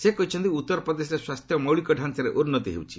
ସେ କହିଛନ୍ତି ଉତ୍ତରପ୍ରଦେଶରେ ସ୍ୱାସ୍ଥ୍ୟ ମୌଳିକ ଡାଞ୍ଚାରେ ଉନ୍ନତି ହେଉଛି